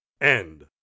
End